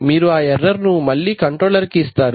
మీరు ఆ ఎర్రర్ ను మళ్ళీ కంట్రోలర్ కి ఇస్తారు